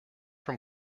from